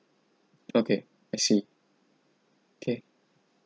okay I see K